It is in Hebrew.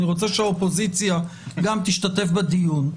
אני רוצה שהאופוזיציה גם תשתתף בדיון.